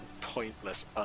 pointless